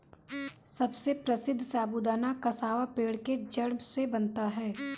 सबसे प्रसिद्ध साबूदाना कसावा पेड़ के जड़ से बनता है